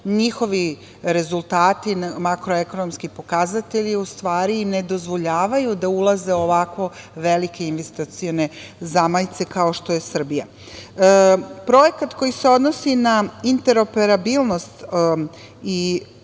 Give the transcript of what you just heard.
njihovi rezultati, makroekonomski pokazatelji u stvari im ne dozvoljavaju da ulaze u ovako velike investicione zamajce kao što je Srbija. Projekat koji se odnosi na interoperabilnost i